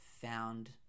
found